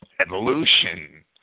evolution